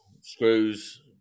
screws